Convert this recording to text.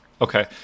Okay